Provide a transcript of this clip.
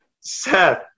seth